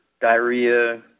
diarrhea